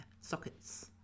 sockets